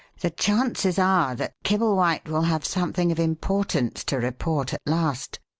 the chances are that kibblewhite will have something of importance to report at last.